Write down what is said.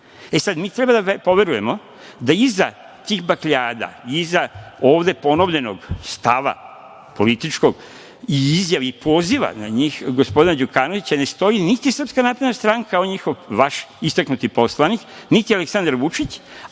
Sad mi treba da poverujemo da iza tih bakljada, iza ovde ponovljenog stava političkog, izjave i poziva na njih gospodina Đukanovića ne stoji niti SNS, vaš istaknuti poslanik, niti Aleksandar Vučić,